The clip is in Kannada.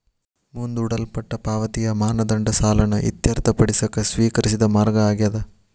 ಮುಂದೂಡಲ್ಪಟ್ಟ ಪಾವತಿಯ ಮಾನದಂಡ ಸಾಲನ ಇತ್ಯರ್ಥಪಡಿಸಕ ಸ್ವೇಕರಿಸಿದ ಮಾರ್ಗ ಆಗ್ಯಾದ